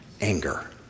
Anger